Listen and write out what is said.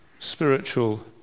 spiritual